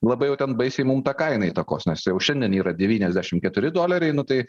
labai jau ten baisiai mum ta kaina įtakos nes jau šiandien yra devyniasdešim keturi doleriai nu tai